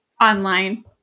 online